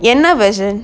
என்ன:enna version